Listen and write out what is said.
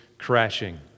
crashing